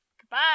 Goodbye